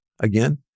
again